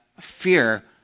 fear